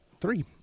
three